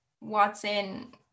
Watson